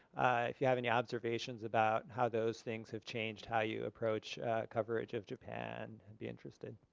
if you have any observations about how those things have changed, how you approach coverage of japan, i'd be interested.